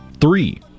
three